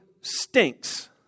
stinks